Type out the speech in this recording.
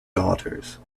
daughters